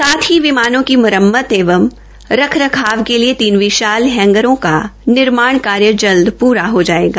साथ ही विमानों की म्रम्मत एवं रख रखाव के लिए तीन विशाल हैंगरों का निर्माण जल्द पूरा हो जायेगा